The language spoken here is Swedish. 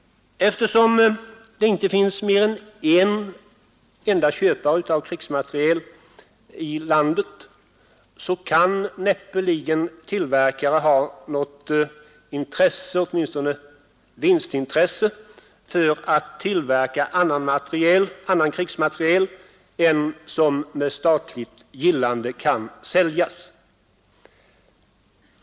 Eftersom det inte finns mer än en enda köpare av krigsmateriel i landet, kan näppeligen en tillverkare ha något intresse — åtminstone vinstintresse — av att tillverka annan krigsmateriel än den som med statligt gillande kan säljas.